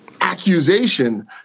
accusation